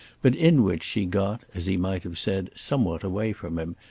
but in which she got, as he might have said, somewhat away from him,